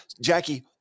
Jackie